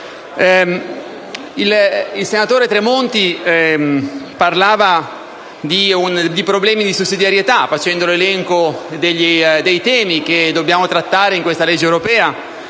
Il senatore Tremonti ha parlato di problemi di sussidiarietà, facendo l'elenco dei temi che dobbiamo trattare in questa legge europea,